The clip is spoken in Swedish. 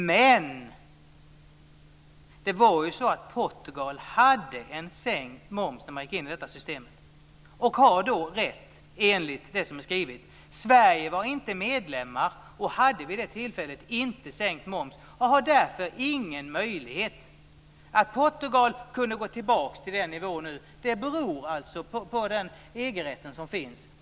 Ja, det är riktigt men Portugal hade sänkt moms när man gick in i detta system och har därför nämnda rätt enligt vad som är skrivet. Sverige var inte medlem och hade vid det tillfället inte sänkt moms. Sverige har därför ingen möjlighet i sammanhanget. Att Portugal kunde gå tillbaka till en annan nivå beror alltså på den EG-rätt som finns.